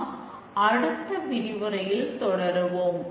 நாம் அடுத்த விரிவுரையில் தொடர்வோம்